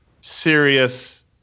serious